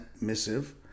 missive